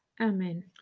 Amen